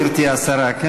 גברתי השרה.